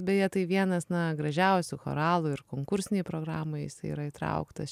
beje tai vienas na gražiausių choralų ir konkursinėj programoj jisai yra įtrauktas